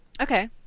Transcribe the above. Okay